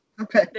Okay